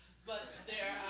but there